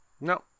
No